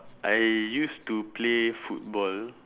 I used to play football